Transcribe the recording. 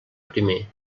primer